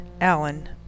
Allen